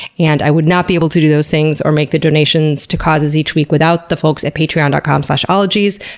and i would not be able to do those things or make the donations to causes each week without the folks at patreon dot com slash ologies.